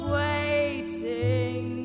waiting